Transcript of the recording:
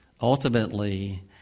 Ultimately